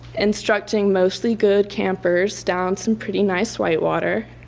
instructing mostly good campers down some pretty nice whitewater,